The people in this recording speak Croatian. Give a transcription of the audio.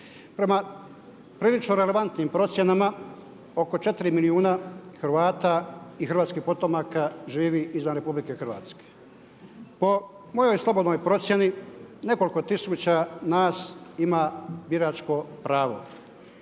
Prema prilično relevantnim procjenama oko 4 milijuna Hrvata i hrvatskih potomaka živi izvan RH. Po mojoj slobodnoj procjeni nekoliko tisuća nas ima biračko pravo,